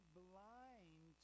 blind